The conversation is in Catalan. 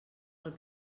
els